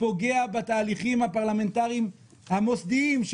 פוגע בתהליכים הפרלמנטריים המוסדיים.